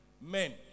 men